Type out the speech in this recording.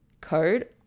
Code